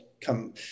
come